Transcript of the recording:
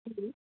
जी